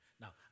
Now